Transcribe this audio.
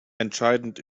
entscheidend